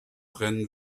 rennen